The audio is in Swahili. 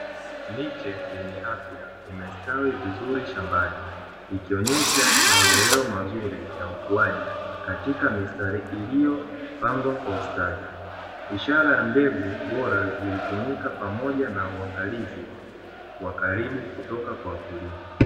Miche yenye afya imestawi vizuri shambani, ikionesha maendeleo mazuri ya ukuaji katika mistari iliyopangwa kwa ustadi, ishara ya mbegu bora zilitumika pamoja na uangalizi wa karibu kutoka kwa wakulima.